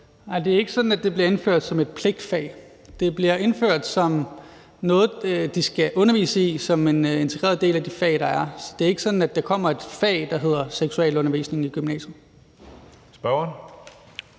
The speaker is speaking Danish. Nej, det er ikke sådan, at det bliver indført som et pligtfag. Det bliver indført som noget, der skal undervises i som en integreret del af de fag, der er. Så det er ikke sådan, at der i gymnasiet kommer et fag, der hedder seksualundervisning. Kl. 15:01 Tredje